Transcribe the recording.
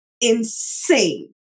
insane